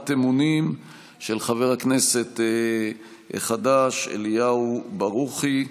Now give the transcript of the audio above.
אמונים של חבר הכנסת החדש אליהו ברוכי.